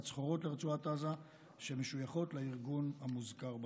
סחורות לרצועת עזה שמשויכות לארגון המוזכר בפנייה.